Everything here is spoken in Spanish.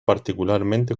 particularmente